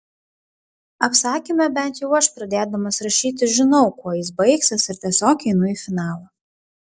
apsakyme bent jau aš pradėdamas rašyti žinau kuo jis baigsis ir tiesiog einu į finalą